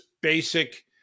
basic